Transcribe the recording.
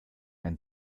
ein